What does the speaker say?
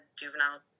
juvenile